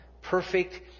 perfect